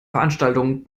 veranstaltungen